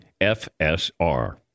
FSR